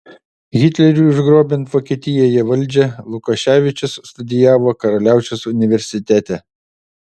hitleriui užgrobiant vokietijoje valdžią lukoševičius studijavo karaliaučiaus universitete